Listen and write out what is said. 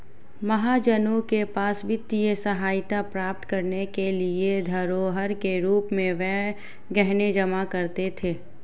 महाजनों के पास वित्तीय सहायता प्राप्त करने के लिए धरोहर के रूप में वे गहने जमा करते थे